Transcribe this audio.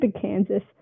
Kansas